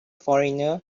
foreigner